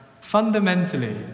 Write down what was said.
fundamentally